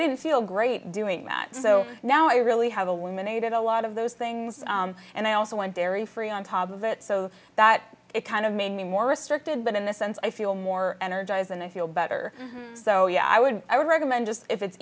didn't feel great doing that so now i really have a woman a did a lot of those things and i also went dairy free on top of it so that it kind of made me more restricted but in this sense i feel more energized and i feel better so yeah i would i would recommend just if it's